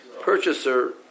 purchaser